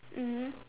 mmhmm